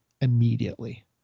immediately